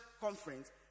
conference